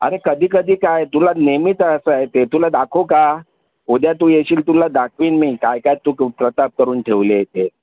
अरे कधीकधी काय तुला नेहमीच असं येते तुला दाखवू का उद्या तू येशील तुला दाखवेन मी काय काय तू डुक प्रताप करून ठेवले आहे ते